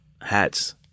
hats